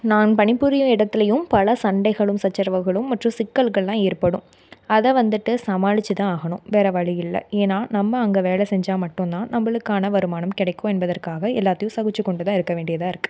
நான் பணிபுரியும் இடத்துலேயும் பல சண்டைகளும் சச்சரவுகளும் மற்றும் சிக்கல்களெலாம் ஏற்படும் அதை வந்துட்டு சமாளித்து தான் ஆகணும் வேறு வழி இல்லை ஏன்னால் நம்ம அங்கே வேலை செஞ்சால் மட்டும்தான் நம்மளுக்கான வருமானம் கிடைக்கும் என்பதற்காக எல்லாேர்ட்டியும் சகித்து கொண்டு தான் இருக்க வேண்டியதாக இருக்குது